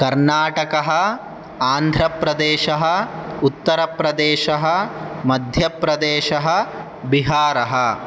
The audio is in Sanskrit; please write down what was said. कर्णाटकः आन्ध्रप्रदेशः उत्तरप्रदेशः मध्यप्रदेशः बिहारः